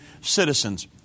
citizens